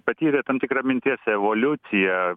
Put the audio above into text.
patyrė tam tikrą minties evoliuciją